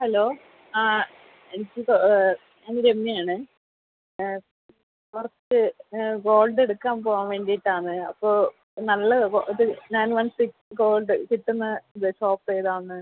hello ആ എനിക്കിപ്പോൾ ഞാൻ രമ്യ ആണ് കുറച്ച് ഗോൾഡ് എടുക്കാൻ പോവാൻ വേണ്ടിയിട്ടാണ് അപ്പോൾ നല്ല നൈൻ വൺ സിക്സ് ഗോൾഡ് കിട്ടുന്ന ഇത് ഷോപ്പ് ഏതാണ്